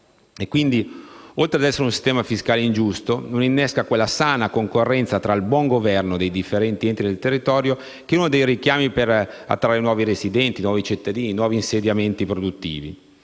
E quindi, oltre ad essere un sistema fiscale ingiusto, non innesca quella sana concorrenza tra il buongoverno dei differenti enti del territorio, che è uno dei richiami per attrarre nuovi residenti o nuovi insediamenti produttivi.